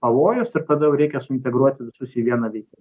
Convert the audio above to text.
pavojus ir kada jau reikia suintegruoti visus į vieną vietą